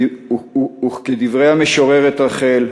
וכדברי המשוררת רחל: